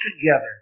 together